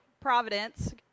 Providence